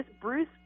Bruce